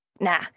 Nah